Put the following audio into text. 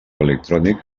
electrònic